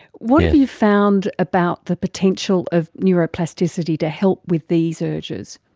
what have you found about the potential of neuroplasticity to help with these urges?